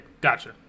gotcha